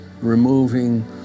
removing